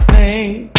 name